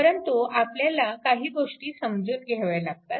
परंतु आपल्याला काही गोष्टी समजून घ्याव्या लागतात